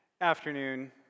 afternoon